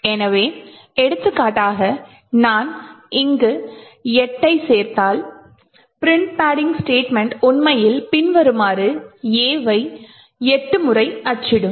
எனவே எடுத்துக்காட்டாக நான் இங்கு 8 ஐச் சேர்த்தால் பிரிண்ட் பேட்டிங் ஸ்டேட்மென்ட் உண்மையில் பின்வருமாறு A வை 8 முறை அச்சிடும்